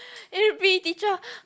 every p_e teacher